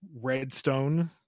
Redstone